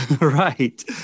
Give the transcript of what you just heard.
Right